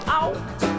out